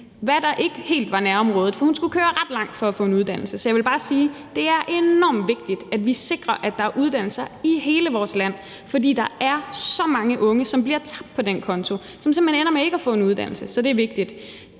hvad der ikke helt var nærområdet, for hun skulle køre ret langt for at få en uddannelse. Så jeg vil bare sige: Det er enormt vigtigt, at vi sikrer, at der er uddannelser i hele vores land, fordi der er så mange unge, som bliver tabt på den konto, og som simpelt hen ender med ikke at få en uddannelse. Så det er vigtigt.